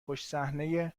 پشتصحنهی